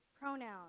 pronouns